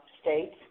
states